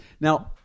Now